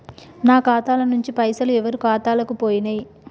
నా ఖాతా ల నుంచి పైసలు ఎవరు ఖాతాలకు పోయినయ్?